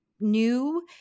new